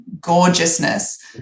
gorgeousness